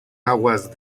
aguas